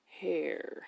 hair